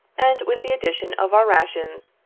and with the addition of our rations,